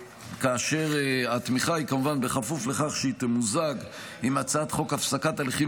כאשר התמיכה היא כמובן בכפוף לכך שהיא תמוזג עם הצעת חוק הפסקת הליכים